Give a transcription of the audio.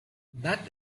that